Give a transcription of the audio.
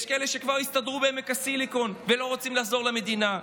יש כאלה שכבר הסתדרו בעמק הסיליקון והם לא רוצים לחזור למדינה.